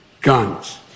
Guns